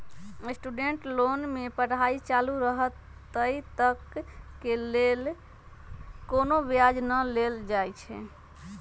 student loan में पढ़ाई चालू रहइत तक के लेल कोनो ब्याज न लेल जाइ छइ